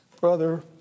Brother